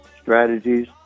strategies